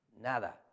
Nada